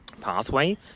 pathway